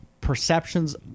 Perceptions